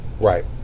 Right